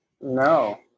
no